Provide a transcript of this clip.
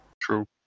true